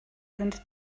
sind